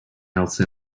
else